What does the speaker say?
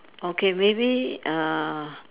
okay maybe uh